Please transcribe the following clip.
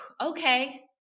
Okay